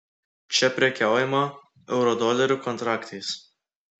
čia prekiaujama eurodolerių kontraktais